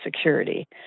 security